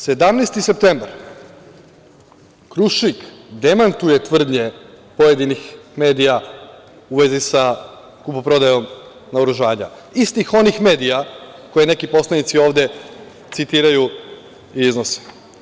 Dana 17. septembra „Krušik“ demantuje tvrdnje pojedinih medija u vezi sa kupoprodajom naoružanja, istih onih medija koje neki poslanici ovde citiraju i iznose.